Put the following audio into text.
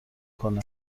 کنه